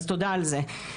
אז תודה על זה.